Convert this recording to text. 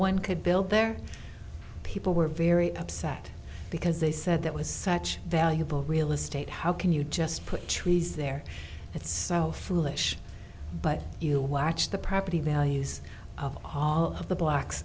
one could build there people were very upset because they said that was such valuable real estate how can you just put trees there it's so foolish but we'll watch the property values of all of the blacks